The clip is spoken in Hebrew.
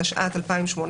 התשע"ט-2018,